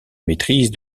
maîtrise